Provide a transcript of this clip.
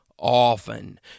often